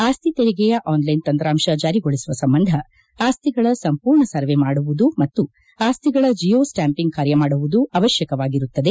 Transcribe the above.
ಆಸ್ತಿ ತೆರಿಗೆಯ ಆನ್ಲೈನ್ ತಂತ್ರಾಂಶ ಜಾರಿಗೊಳಿಸುವ ಸಂಬಂಧ ಆಸ್ತಿಗಳ ಸಂಪೂರ್ಣ ಸರ್ವೆ ಮಾಡುವುದು ಮತ್ತು ಆಸ್ತಿಗಳ ಜಿಯೋ ಸ್ಟಾಂಪಿಂಗ್ ಕಾರ್ಯ ಮಾಡುವುದು ಅವಶ್ವಕವಾಗಿರುತ್ತದೆ